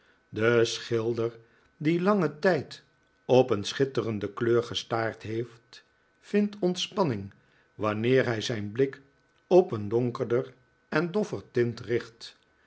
de schilder die langen tijd op een schitterende kleur gestaard heeft vindt ontspanning wanneer hij zijn blik op een donkerder en doffer tint richt